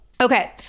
Okay